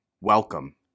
Welcome